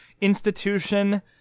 institution